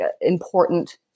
important